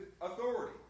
authority